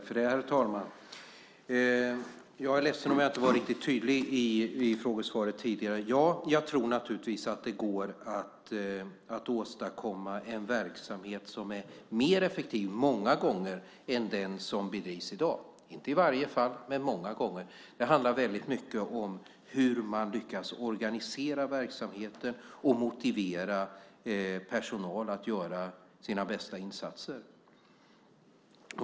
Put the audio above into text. Herr talman! Jag är ledsen om jag inte var riktigt tydlig i frågesvaret tidigare. Ja, jag tror naturligtvis att det går att åstadkomma en verksamhet som många gånger är effektivare än den som bedrivs i dag - kanske inte alltid, men många gånger. Det handlar mycket om hur man lyckas organisera verksamheten och motivera personalen att göra sina bästa insatser.